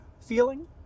feeling